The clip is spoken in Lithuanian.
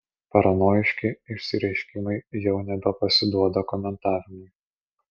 paranojiški išsireiškimai jau nebepasiduoda komentavimui